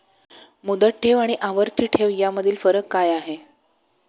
मुदत ठेव आणि आवर्ती ठेव यामधील फरक काय आहे?